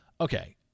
Okay